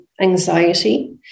anxiety